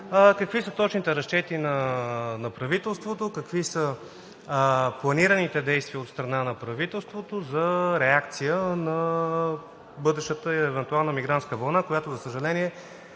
Какви са точните разчети на правителството, какви са планираните действия на правителството за реакция на бъдещата и евентуална мигрантска вълна, която, за съжаление,